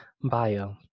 bio